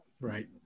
Right